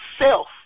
self